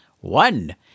One